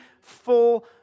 full